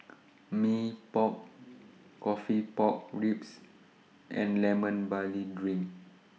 Mee Pok Coffee Pork Ribs and Lemon Barley Drink